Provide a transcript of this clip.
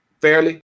fairly